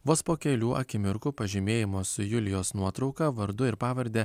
vos po kelių akimirkų pažymėjimo su julijos nuotrauka vardu ir pavarde